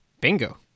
Bingo